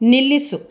ನಿಲ್ಲಿಸು